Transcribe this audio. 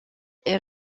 est